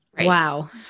Wow